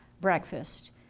breakfast